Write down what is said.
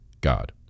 God